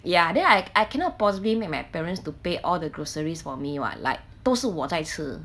ya then I I cannot possibly make my parents to pay all the groceries for me what like 都是我在吃